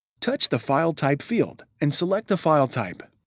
touch the file type field, and select a file type.